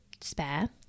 spare